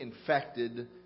infected